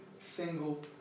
single